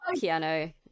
piano